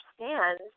understand